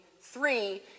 three